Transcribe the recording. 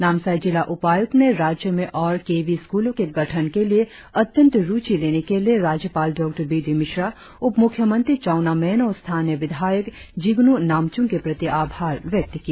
नामसाई जिला उपायुक्त ने राज्य में और के वी स्कूलों के गठन के लिए अत्यंत रुचि लेने के लिए राज्यपाल डॉ बी डी मिश्रा उप मुख्यमंत्री चाउना मेन और स्थानीय विधायक जिग्नू नामचूम के प्रति आभार व्यक्त किया